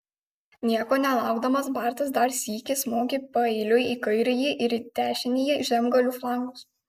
nieko nelaukdamas bartas dar sykį smogė paeiliui į kairįjį ir dešinįjį žemgalių flangus